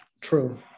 true